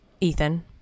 Ethan